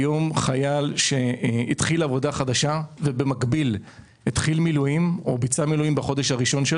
אדם שהתחיל היום עבודה חדשה ובמקביל התחיל מילואים בחודש הראשון,